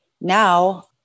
Now